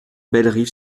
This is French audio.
bellerive